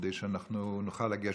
כדי שאנחנו נוכל לגשת.